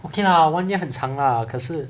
okay lah one year 很长 lah 可是